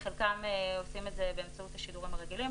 חלקם עושים את זה באמצעות השידורים הרגילים,